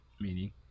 Meaning